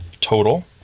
total